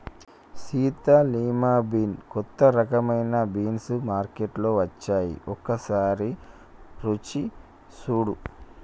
Sita lima bean కొత్త రకమైన beans మార్కేట్లో వచ్చాయి ఒకసారి రుచి సుడు